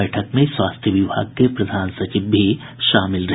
बैठक में स्वास्थ्य विभाग के प्रधान सचिव भी शामिल रहे